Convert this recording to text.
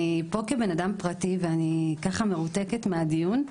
אני נמצאת פה כבן אדם פרטי ואני מרותקת מהדיון,